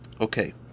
okay